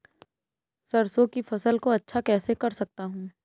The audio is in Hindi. सरसो की फसल को अच्छा कैसे कर सकता हूँ?